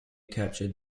captured